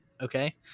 okay